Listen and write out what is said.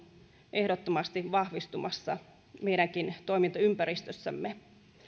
ehdottomasti vahvistumassa meidänkin toimintaympäristössämme